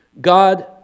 God